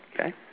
Okay